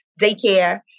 daycare